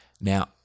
Now